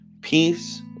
peace